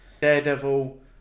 Daredevil